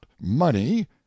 money